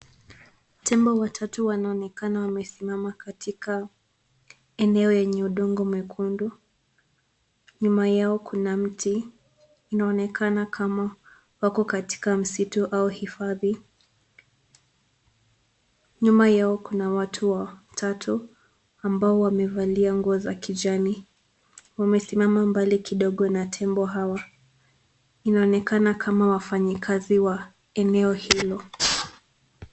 Tembo watatu wanaonekana wamesimama katika eneo yenye udongo mwekundu. Nyuma yao kuna mti. Inaonekana kama wako katika msitu au hifadhi. Nyuma yao kuna watu watatu ambao wamevalia nguo za kijani. Wamesimama mbali kidogo na tembo hawa. Inaonekana kama wafanyikazi wa eneo hilo.